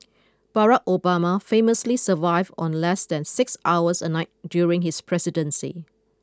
Barack Obama famously survived on less than six hours a night during his presidency